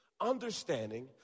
understanding